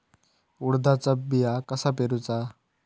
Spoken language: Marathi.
उडदाचा बिया कसा पेरूचा?